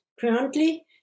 currently